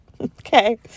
okay